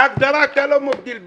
בהגדרה אתה לא מבדיל ביניהם.